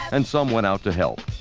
and someone out to help,